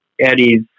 eddies